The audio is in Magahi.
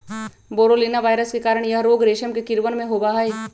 बोरोलीना वायरस के कारण यह रोग रेशम के कीड़वन में होबा हई